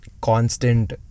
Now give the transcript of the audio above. constant